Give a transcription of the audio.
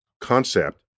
concept